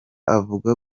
avuga